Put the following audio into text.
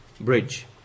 bridge